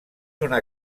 una